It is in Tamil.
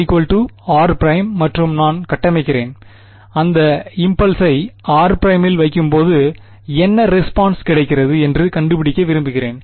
r r ′ மற்றும் நான் கட்டமைக்கிறேன் அந்த இம்பெல்ஸை r ′ இல் வைக்கும்போது என்ன ரெஸ்பான்ஸ் கிடைக்கிறது என்று கண்டுபிடிக்க விரும்புகிறேன்